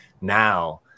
Now